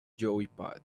joypad